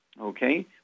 okay